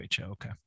Okay